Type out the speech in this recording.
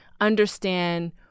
understand